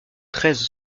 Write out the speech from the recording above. treize